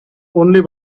only